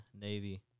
navy